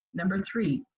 number three,